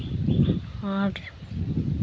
ᱟᱨ